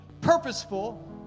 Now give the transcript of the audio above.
purposeful